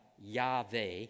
Yahweh